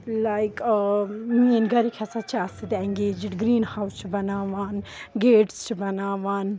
like میٛٲنۍ گَرِکۍ ہَسا چھِ اَتھ سۭتۍ اٮ۪نٛگیجٕڈ گرٛیٖن ہاوُس چھِ بَناوان گیٹٕس چھِ بَناوان